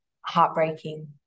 heartbreaking